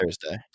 Thursday